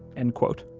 end quote